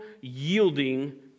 yielding